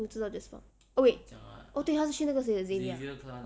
不知道 jazz funk oh wait oh 对他是去那个谁的